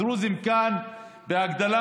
הדרוזים כאן בהגדלת